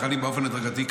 החלים באופן הדרגתי,